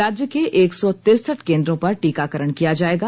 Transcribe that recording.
राज्य के एक सौ तिरसठ केंद्रों पर टीकाकरण किया जायेगा